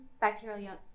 bacterial